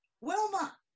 wilma